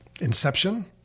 Inception